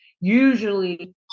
usually –